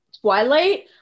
Twilight